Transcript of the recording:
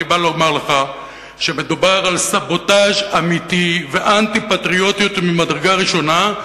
אני בא לומר לך שמדובר על סבוטאז' אמיתי ואנטי-פטריוטיות ממדרגה ראשונה,